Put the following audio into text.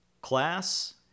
Class